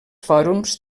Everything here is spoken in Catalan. fòrums